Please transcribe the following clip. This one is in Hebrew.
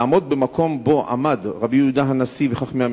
לעמוד במקום שבו עמדו רבי יהודה הנשיא וחכמי המשנה,